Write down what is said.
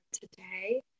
today